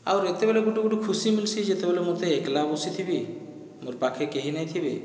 ଆଉର୍ ଏତେବେଲେ ଗୋଟିଏ ଗୋଟିଏ ଖୁସି ମିଲସି ଯେତେବେଲେ ମୋତେ ଏକଲା ବସିଥିବି ମୋର ପାଖେ କେହି ନାଇ ଥିବେ